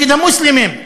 נגד המוסלמים,